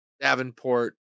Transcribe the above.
Davenport